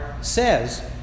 says